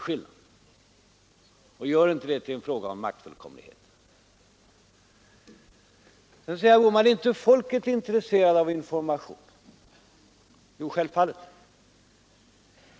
Så gör inte detta till en fråga om maktfullkomlighet! Sedan frågar herr Bohman: Är inte folket intresserat av information? Jo, självfallet.